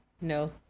No